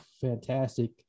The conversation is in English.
fantastic